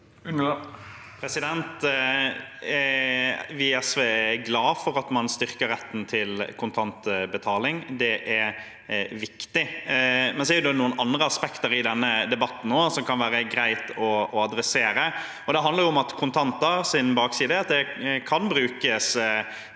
Vi i SV er glad for at man styrker retten til kontantbetaling. Det er viktig. Det er også noen andre aspekter i denne debatten som det kan være greit å ta opp. Det handler om kontantenes bakside. De kan brukes